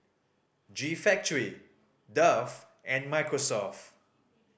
G Factory Dove and Microsoft